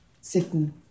sitting